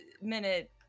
minute